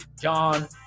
John